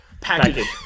package